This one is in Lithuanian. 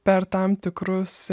per tam tikrus